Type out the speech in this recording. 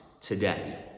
today